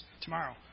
tomorrow